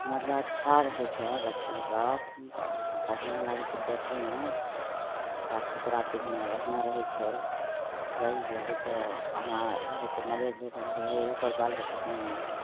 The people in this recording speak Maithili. मतलब अच्छा रहै छै बच्चा सब बढ़िआँ लगै छै देखैमे साफ सुथरा पिन्हने ओढ़ने रहै छै सही लागै छै हे ओना रहै छै मलेच्छ जकाँ हे ओकर बाल बच्चा केहन छै